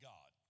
God